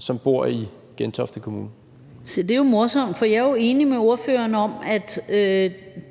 Jette Gottlieb (EL): Se, det er morsomt, for jeg er jo enig med ordføreren i, at